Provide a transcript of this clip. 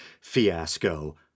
fiasco